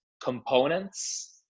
components